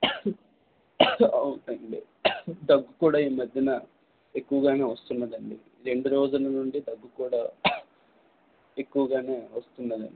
అవునండి దగ్గు కూడా ఈమధ్యన ఎక్కువగానే వస్తున్నది అండి రెండు రోజుల నుండి దగ్గు కూడా ఎక్కువగానే వస్తున్నది అండి